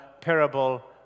parable